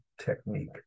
technique